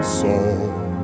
song